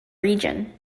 region